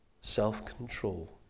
self-control